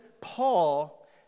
Paul